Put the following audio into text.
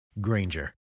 Granger